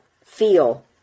feel